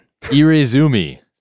Irezumi